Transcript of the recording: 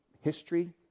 history